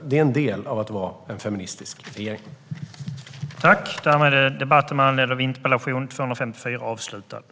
Det är en del av att vara en feministisk regering.